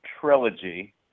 Trilogy